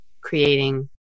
creating